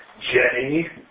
Jenny